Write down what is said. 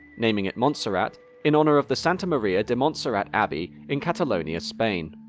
naming it montserrat in honour of the santa maria de montserrat abbey in catalonia, spain.